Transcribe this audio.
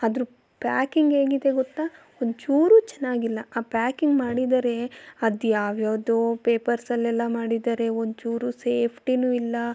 ಅದರ ಪ್ಯಾಕಿಂಗ್ ಹೇಗಿದೆ ಗೊತ್ತಾ ಒಂಚೂರು ಚೆನ್ನಾಗಿಲ್ಲ ಆ ಪ್ಯಾಕಿಂಗ್ ಮಾಡಿದ್ದಾರೆ ಅದು ಯಾವ್ಯಾವುದೋ ಪೇಪರ್ಸಲ್ಲೆಲ್ಲ ಮಾಡಿದ್ದಾರೆ ಒಂಚೂರು ಸೇಫ್ಟಿಯೂ ಇಲ್ಲ